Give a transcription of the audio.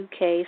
UK